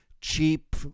cheap